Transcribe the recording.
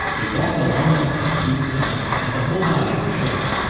they walked a long distance through the stomach and the whole body of the shark.